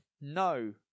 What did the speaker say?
no